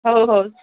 ହଉ ହଉ